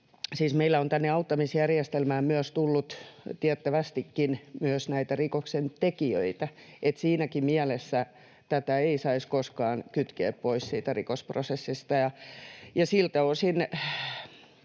meillä on auttamisjärjestelmään tullut tiettävästikin myös rikoksen tekijöitä. Siinäkään mielessä tätä ei saisi koskaan kytkeä pois siitä rikosprosessista. Siltä osin